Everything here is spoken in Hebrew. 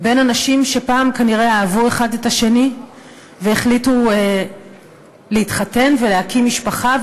בין אנשים שפעם כנראה אהבו אחד את השני והחליטו להתחתן ולהקים משפחה,